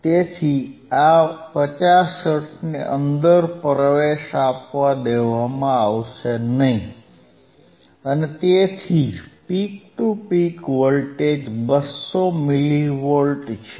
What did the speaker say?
તેથી આ 50 હર્ટ્ઝને અંદર પ્રવેશ આપવામાં આવશે નહીં તેથી જ peak to peak voltage 200 millivolt છે